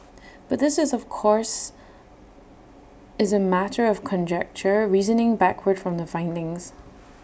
but this is of course is A matter of conjecture reasoning backward from the findings